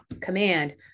command